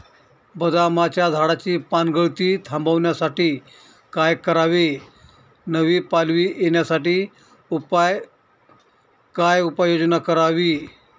बदामाच्या झाडाची पानगळती थांबवण्यासाठी काय करावे? नवी पालवी येण्यासाठी काय उपाययोजना करावी?